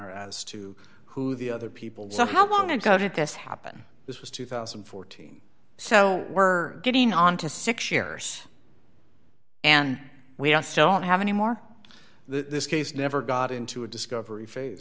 honor as to who the other people so how long ago did this happen this was two thousand and fourteen so we're getting on to six years and we just don't have any more this case never got into a discovery